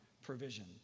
provision